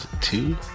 Two